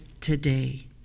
today